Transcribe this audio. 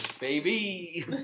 baby